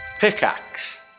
Pickaxe